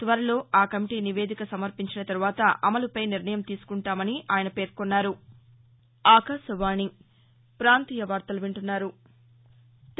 త్వరలో ఆ కమిటీ నివేదిక సమర్పించిన తరువాత అమలుపై నిర్ణయం తీసుకుంటామని ఆయన తెలిపారు